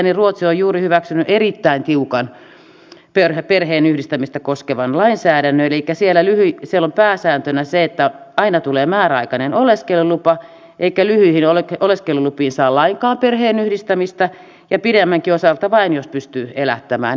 ruotsi on juuri hyväksynyt erittäin tiukan perheenyhdistämistä koskevan lainsäädännön elikkä siellä on pääsääntönä se että aina tulee määräaikainen oleskelulupa eikä lyhyihin oleskelulupiin saa lainkaan perheenyhdistämistä ja pidemmänkin osalta vain jos pystyy elättämään